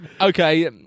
Okay